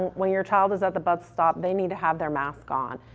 when your child is at the bus stop, they need to have their mask on